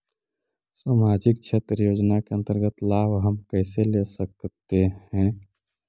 समाजिक क्षेत्र योजना के अंतर्गत लाभ हम कैसे ले सकतें हैं?